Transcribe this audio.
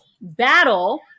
battle